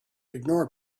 ignore